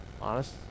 Honest